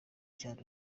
cyane